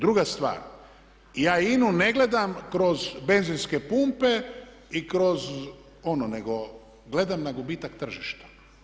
Druga stvar, ja INA-u ne gledam kroz benzinske pumpe i kroz ono, nego gledam na gubitak tržišta.